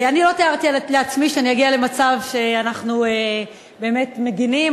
אני לא תיארתי לעצמי שאני אגיע למצב שאנחנו באמת מגינים,